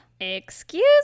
Excuse